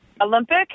Olympic